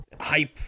hype